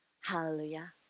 Hallelujah